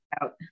out